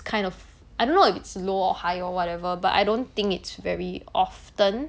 kind of I don't know if it's low or high or whatever but I don't think it's very often